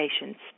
patients